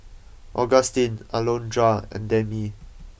Augustin Alondra and Demi